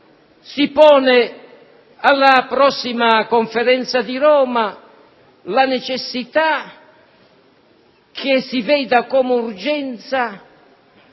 Si pone alla prossima Conferenza di Roma la necessità che si veda come urgenza